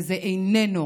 וזה איננו